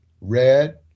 Red